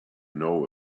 know